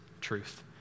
truth